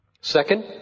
Second